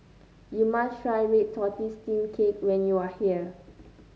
you must try Red Tortoise Steamed Cake when you are here